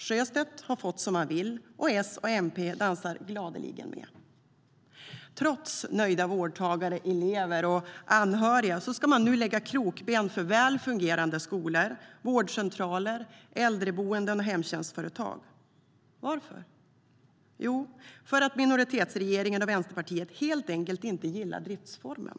Sjöstedt har fått som han vill, och S och MP dansar gladeligen med. Trots nöjda vårdtagare, elever och anhöriga ska man nu lägga krokben för välfungerande skolor, vårdcentraler, äldreboenden och hemtjänstföretag. Varför? Jo, för att minoritetsregeringen och Vänsterpartiet helt enkelt inte gillar driftsformen.